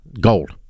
gold